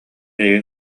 эйигин